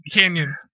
Canyon